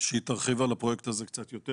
והיא תרחיב על הפרויקט הזה קצת יותר,